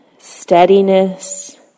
Steadiness